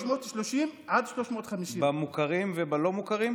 330,000 350,000. במוכרים ובלא-מוכרים?